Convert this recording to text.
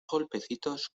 golpecitos